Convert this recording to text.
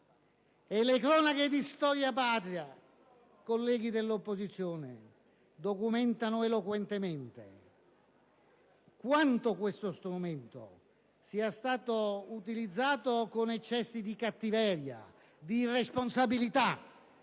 le cronache di storia patria, colleghi dell'opposizione, documentano eloquentemente quanto questo strumento sia stato utilizzato con eccessi di cattiveria, di irresponsabilità.